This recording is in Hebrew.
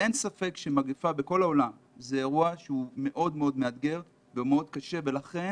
אין ספק שמגיפה בכל העולם זה אירוע מאוד-מאוד מאתגר וקשה ולכן